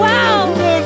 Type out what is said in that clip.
Wow